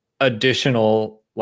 additional